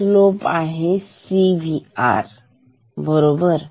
slope आहे CVr बरोबर